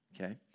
okay